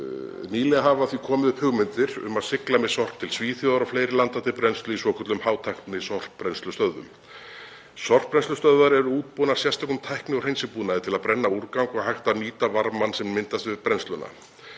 Nýlega hafa því komið upp hugmyndir um að sigla með sorp til Svíþjóðar og fleiri landa til brennslu í svokölluðum hátæknisorpbrennslustöðvum. Sorpbrennslustöðvar eru útbúnar sérstökum tækni- og hreinsibúnaði til að brenna úrgang og hægt er að nýta varmann sem myndast við brennsluna.